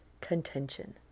contention